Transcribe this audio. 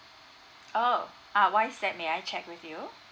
oh uh why is that may I check with you